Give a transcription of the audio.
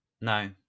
no